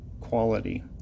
quality